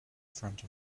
front